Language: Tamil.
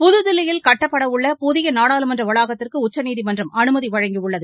புதுதில்லியில் கட்டப்பட உள்ள புதிய நாடாளுமன்ற வளாகத்திற்கு உச்சநீதிமன்றம் அனுமதி வழங்கியுள்ளது